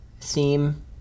theme